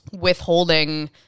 withholding